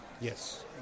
Yes